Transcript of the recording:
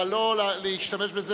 אבל לא להשתמש בזה